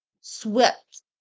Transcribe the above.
swept